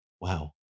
Wow